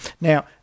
Now